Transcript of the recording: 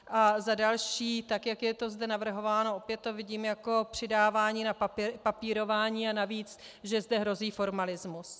A za další, tak jak je to zde navrhováno, opět to vidím jako přidávání na papírování a navíc, že zde hrozí formalismus.